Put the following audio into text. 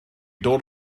dod